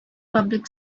public